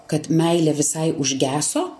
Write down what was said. kad meilė visai užgeso